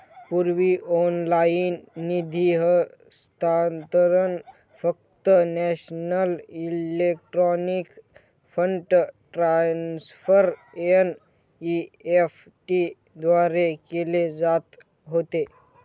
पूर्वी ऑनलाइन निधी हस्तांतरण फक्त National Electronic Fund Transfer NEFT द्वारे केले जात होते